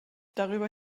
darüber